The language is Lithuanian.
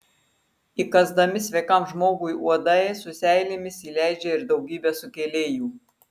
įkąsdami sveikam žmogui uodai su seilėmis įleidžia ir daugybę sukėlėjų